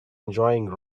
enjoying